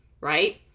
right